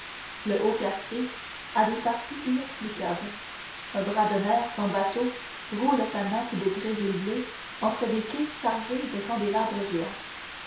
le haut quartier a des parties inexplicables un bras de mer sans bateaux roule sa nappe de grésil bleu entre des quais chargés de candélabres géants